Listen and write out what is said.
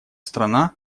страна